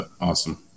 awesome